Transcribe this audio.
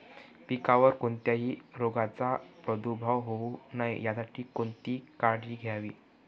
पिकावर कोणत्याही रोगाचा प्रादुर्भाव होऊ नये यासाठी कोणती काळजी घ्यावी?